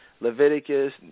Leviticus